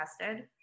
tested